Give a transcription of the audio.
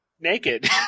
naked